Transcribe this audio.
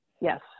Yes